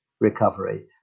recovery